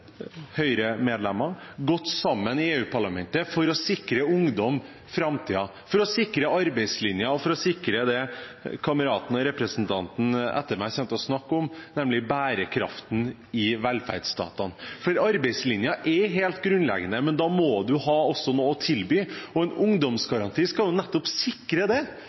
høyremedlemmer har gått sammen i EU-parlamentet for å sikre ungdom framtiden, for å sikre arbeidslinjen og for å sikre det som kameraten og representanten etter meg kommer til å snakke om, nemlig bærekraften i velferdsstatene. Arbeidslinjen er helt grunnleggende, men da må man også ha noe å tilby, og en ungdomsgaranti skal sikre nettopp det: sikre